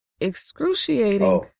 excruciating